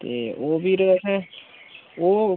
ते ओह् फ्ही इत्थै ओह्